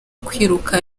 kwiruka